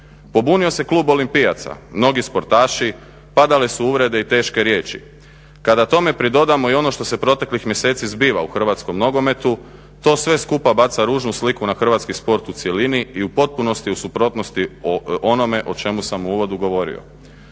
Pobunio se klub olimpijaca, mnogi sportaši, padale u uvrede i teške riječi, kada tome pridodamo i ono što se proteklih mjeseci zbiva u hrvatskom nogometu, to sve skupa baca ružnu sliku na hrvatski sport u cjelini i u potpunosti u suprotnosti onome o čemu sam u uvodu govorio.